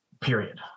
period